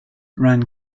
ran